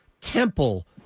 Temple